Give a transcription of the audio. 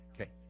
Okay